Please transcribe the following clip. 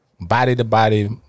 body-to-body